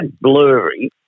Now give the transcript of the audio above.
blurry